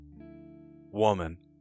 Woman